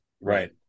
Right